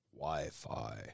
wi-fi